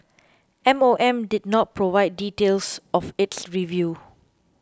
M O M did not provide details of its review